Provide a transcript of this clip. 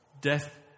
death